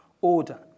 order